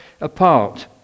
apart